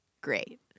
Great